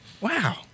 Wow